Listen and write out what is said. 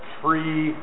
free